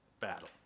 battle